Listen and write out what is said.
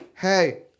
Hey